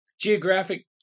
geographic